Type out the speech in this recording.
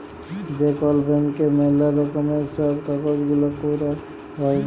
যে কল ব্যাংকে ম্যালা রকমের সব কাজ গুলা ক্যরা হ্যয়